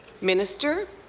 minister?